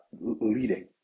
leading